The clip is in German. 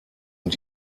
und